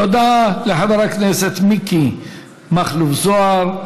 תודה לחבר הכנסת מיקי מכלוף זוהר.